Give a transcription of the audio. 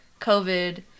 COVID